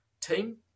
team